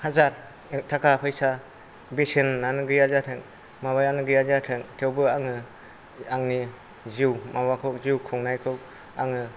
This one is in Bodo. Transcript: हाजार थाखा फैसा बेसेनानो गैयाजाथों माबायानो गैया जाथों थेवबो आङो आंनि जिउ माबाखौ जिउ खुंनायखौ आङो